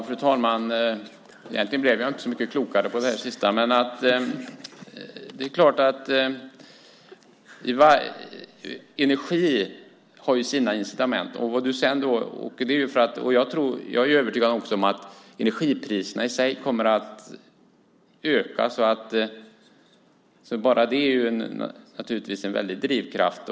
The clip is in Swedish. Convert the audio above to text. Fru talman! Egentligen blev jag inte så mycket klokare av det här sista. Energi har ju sina incitament. Jag är övertygad om att energipriserna i sig kommer att öka, och bara det är naturligtvis en väldig drivkraft.